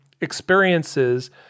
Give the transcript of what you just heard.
experiences